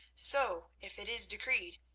so, if it is decreed,